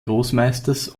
großmeisters